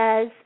says